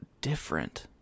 different